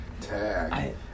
Tag